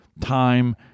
time